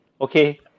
Okay